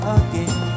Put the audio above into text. again